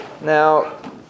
Now